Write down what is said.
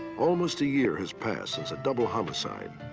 almost a year has passed since a double homicide.